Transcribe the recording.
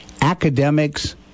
academics